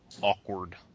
awkward